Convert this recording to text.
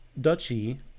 duchy